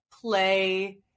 play